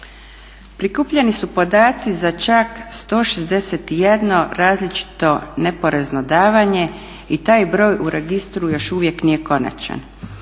Prikupljeni su podaci za čak 161 različito neporezno davanje i taj broj u registru još uvijek nije konačan.